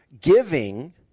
Giving